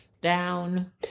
down